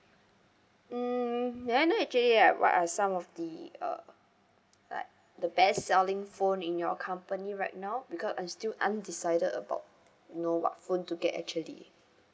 mm may I know actually uh what are some of the uh like the best selling phone in your company right now because I'm still undecided about know what phone to get actually